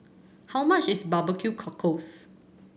how much is barbecue cockles